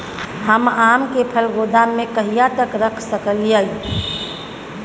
हम आम के फल गोदाम में कहिया तक रख सकलियै?